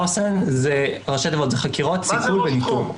חוס"ן זה חקירות, סיכול וניטור.